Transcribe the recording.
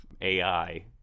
AI